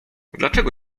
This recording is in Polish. dlaczego